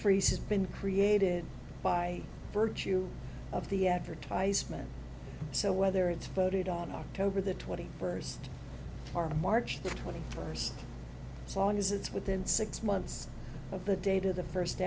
has been created by virtue of the advertisement so whether it's voted on october the twenty first or march twenty first saw is it's within six months of the data the first